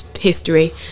history